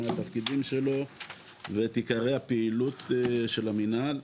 מה התפקידים שלו ואת עיקרי הפעילות של המנהל.